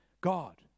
God